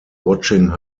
watching